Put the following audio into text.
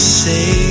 say